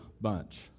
bunch